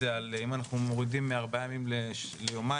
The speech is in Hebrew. שאם אנחנו מורידים מארבעה ימים ליומיים